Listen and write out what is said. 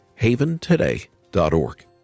Haventoday.org